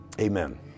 Amen